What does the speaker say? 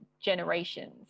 generations